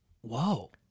Whoa